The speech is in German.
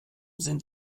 sind